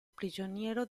prigioniero